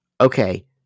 okay